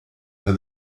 and